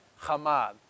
hamad